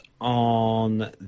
on